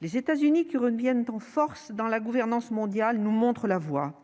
Les États-Unis, qui reviennent en force dans la gouvernance mondiale, nous montrent la voie.